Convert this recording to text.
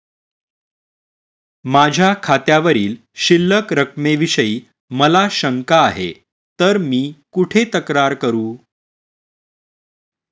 माझ्या खात्यावरील शिल्लक रकमेविषयी मला शंका आहे तर मी कुठे तक्रार करू?